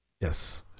Yes